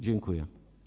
Dziękuję.